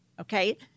Okay